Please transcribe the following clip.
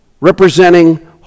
representing